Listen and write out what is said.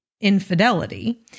infidelity